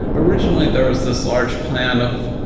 originally, there was this large plan of,